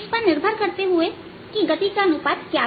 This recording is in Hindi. इस पर निर्भर करते हुए की गति का अनुपात क्या है